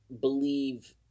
believe